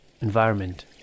environment